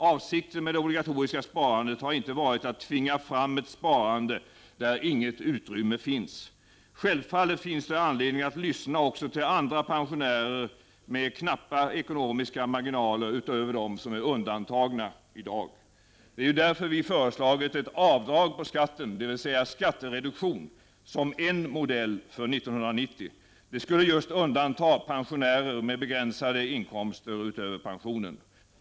Avsikten med det obligatoriska sparandet har inte varit att tvinga fram ett sparande där inget utrymme finns. Självfallet finns det anledning att lyssna också till andra pensionärer med knappa ekonomiska marginaler, förutom de pensionärer som i dag är undantagna. Det är ju därför vi har föreslagit ett avdrag på skatten, dvs. skattereduktion, som en modell för 1990. Det skulle just undanta pensionärer med begränsade inkomster utöver pensionen.